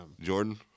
Jordan